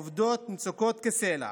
עובדות מוצקות כסלע